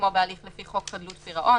כמו בהליך לפי חוק חדלות פירעון,